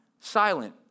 silent